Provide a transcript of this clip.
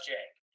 Jake